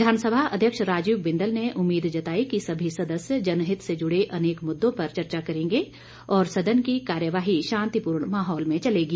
विधानसभा अध्यक्ष राजीव बिंदल ने उम्मीद जताई कि सभी सदस्य जनहित से जुड़े अनेक मुद्दों पर चर्चा करेंगे और सदन की कार्यवाही शांतिपूर्ण माहौल में चलेगी